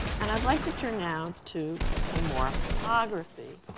and i'd like to turn now to some more photography